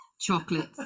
chocolates